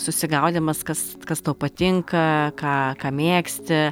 susigaudymas kas kas tau patinka ką ką mėgsti